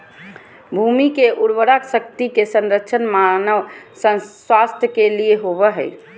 भूमि की उर्वरा शक्ति के संरक्षण मानव स्वास्थ्य के लिए होबो हइ